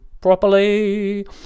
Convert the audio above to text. properly